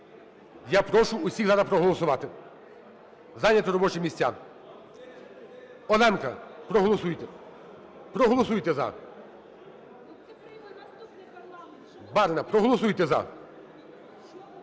Я прошу усіх зараз проголосувати, зайняти робочі місця. Оленка, проголосуйте, проголосуйте "за". Барна, проголосуйте "за".